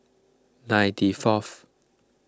ninety fourth